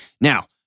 Now